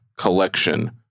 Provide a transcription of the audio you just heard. collection